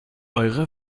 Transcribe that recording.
eure